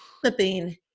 clipping